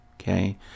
Okay